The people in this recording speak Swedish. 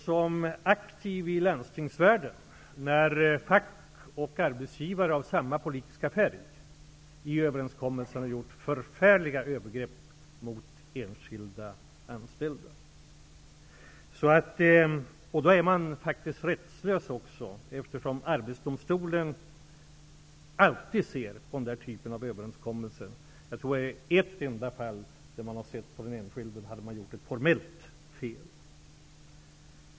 Som aktiv i landstingsvärlden har jag upplevt att fack och arbetsgivare av samma politiska färg i överenskommelser har gjort förfärliga övergrepp mot enskilda anställda. I dessa fall är man faktiskt också rättslös, eftersom Arbetsdomstolen alltid tar hänsyn till den typen av överenskommelser. Jag tror att man har sett till den enskilde i ett enda fall. Då hade man gjort ett formellt fel.